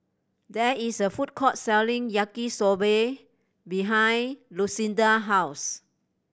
there is a food court selling Yaki Soba behind Lucinda house